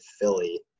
Philly